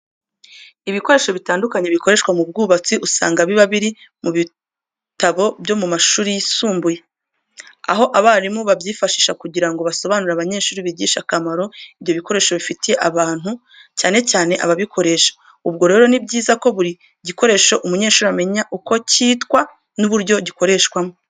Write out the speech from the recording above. Ibikoresho bitandukanye bikoreshwa mu bwubatsi usanga biba biri mu bitabo byo mu mashuri yisumbuye, aho abarimu babyifashisha kugira ngo basobanurire abanyeshuri bigisha akamaro ibyo bikoresho bifitiye abantu cyane cyane ababikoresha. Ubwo rero, ni byiza ko buri gikoresho umunyeshuri amenya uko cyitwa n'uburyo gikoreshwamo.